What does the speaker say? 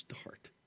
start